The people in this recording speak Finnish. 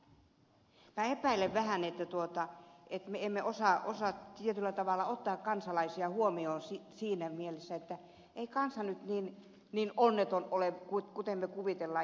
minä epäilen vähän että me emme osaa ottaa kansalaisia huomioon siinä mielessä että ei kansa nyt niin onnetonta ole kuten me kuvittelemme